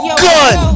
gun